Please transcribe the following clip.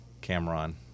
Cameron